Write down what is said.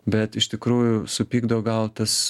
bet iš tikrųjų supykdo gal tas